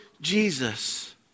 Jesus